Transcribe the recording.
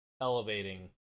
elevating